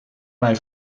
mij